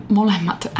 molemmat